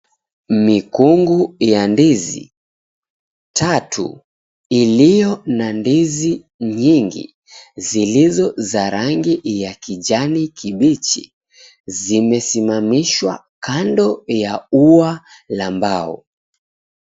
Mikungu ya ndizi tatu ilio na ndizi nyingi zilizo za rangi ya kijani kibichi zimesimamishwa kando ya ua la mbao.